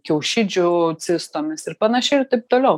kiaušidžių cistomis ir panašiai ir taip toliau